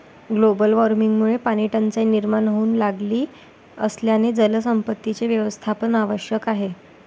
global वॉर्मिंगमुळे पाणीटंचाई निर्माण होऊ लागली असल्याने जलसंपत्तीचे व्यवस्थापन आवश्यक आहे